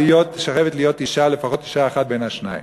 להיות לפחות אישה אחת בין השניים?